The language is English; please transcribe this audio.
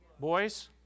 Boys